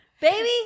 Baby